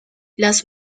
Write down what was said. las